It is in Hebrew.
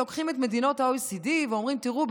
לוקחים את מדינות ה-OECD ואומרים: תראו,